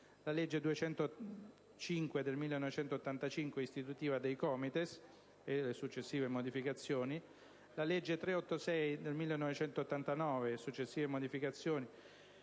la legge n. 205 del 1985, istitutiva dei COMITES (e successive modificazioni); la legge n. 386 del 1989 (e successive modificazioni),